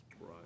Right